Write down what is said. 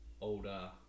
older